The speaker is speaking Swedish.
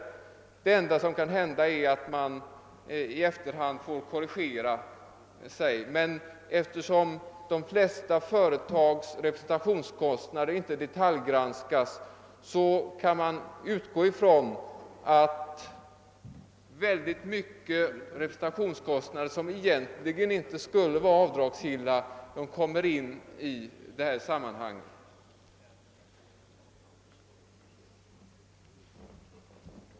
Det enda som kan hända är att man i efterhand får korrigera sig, men eftersom de flesta företags representationskostnader inte detaljgranskas kan man utgå ifrån att mycket stora representationskostnader som egentligen inte är. avdragsgilla kommer med i sammanhanget.